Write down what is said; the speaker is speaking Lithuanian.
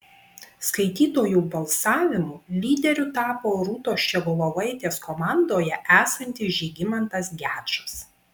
skaitytojų balsavimu lyderiu tapo rūtos ščiogolevaitės komandoje esantis žygimantas gečas